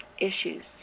issues